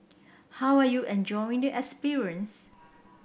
how are you enjoying the experience